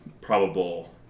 probable